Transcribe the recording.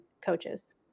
coaches